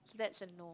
so that's a no